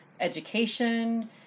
education